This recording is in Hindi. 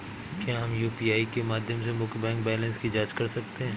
क्या हम यू.पी.आई के माध्यम से मुख्य बैंक बैलेंस की जाँच कर सकते हैं?